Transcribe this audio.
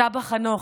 סבא חנוך.